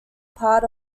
part